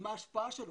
עם ההשפעה שלו,